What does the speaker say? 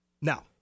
Now